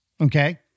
Okay